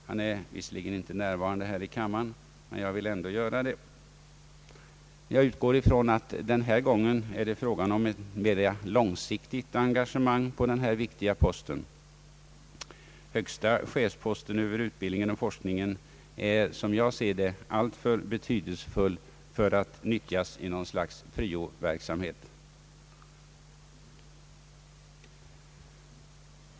Han är visserligen inte närvarande här i kammaren, men jag vill ändå göra det. Jag utgår ifrån att det denna gång är fråga om ett mera långsiktigt engagemang på denna viktiga post. Högsta chefsposten över utbildningen och forskningen är, som jag ser det, alltför betydelsefull för att utnyttjas i något slags pryoverksamhet.